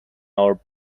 our